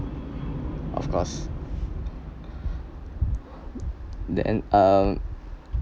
of course that and um